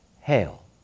Hail